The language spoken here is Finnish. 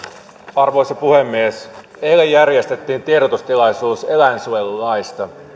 arvoisa puhemies eilen järjestettiin tiedotustilaisuus eläinsuojelulaista